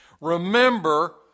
remember